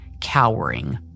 cowering